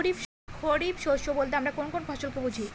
খরিফ শস্য বলতে আমরা কোন কোন ফসল কে বুঝি?